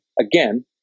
again